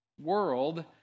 world